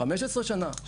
15 שנים,